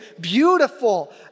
beautiful